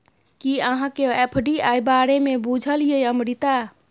कि अहाँकेँ एफ.डी.आई बारे मे बुझल यै अमृता?